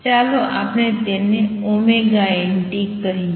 ચાલો આપણે તેને ωnt કહીએ